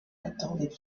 catholic